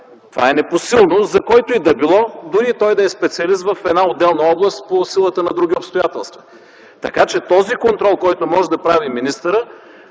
Това е непосилно за когото и да било, дори той да е специалист в една или друга област по силата на други обстоятелства. Контролът, който може да прави министърът,